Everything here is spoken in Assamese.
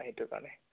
সেইটো কাৰণে